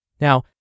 Now